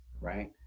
right